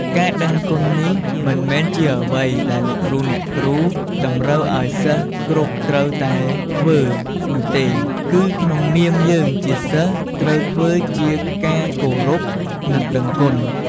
ការដឹងគុណនេះមិនមែនជាអ្វីដែលលោកគ្រូអ្នកគ្រូតម្រូវឱ្យសិស្សគ្រប់ត្រូវតែធ្វើនោះទេ គឺក្នុងនាមយើងជាសិស្សត្រូវធ្វើជាការគោរពនិងដឹងគុណ។